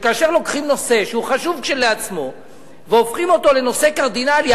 שכאשר לוקחים נושא שהוא חשוב כשלעצמו והופכים אותו לנושא קרדינלי,